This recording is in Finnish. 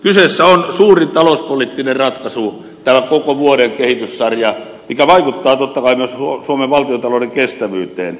kyseessä on suurin talouspoliittinen ratkaisu tämä koko vuoden kehityssarja mikä vaikuttaa totta kai myös suomen valtiontalouden kestävyyteen